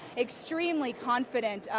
extremely confident,